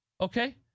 Okay